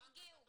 תרגיעו.